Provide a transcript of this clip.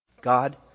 God